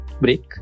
break